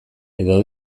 edo